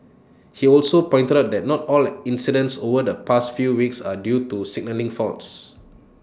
he also pointed out that not all the incidents over the past few weeks are due to signalling faults